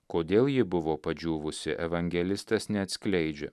kodėl ji buvo padžiūvusi evangelistas neatskleidžia